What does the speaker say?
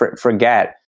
forget